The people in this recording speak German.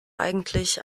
eigentlich